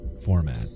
format